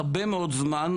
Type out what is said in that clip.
הרבה מאוד זמן,